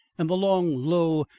and the long, low,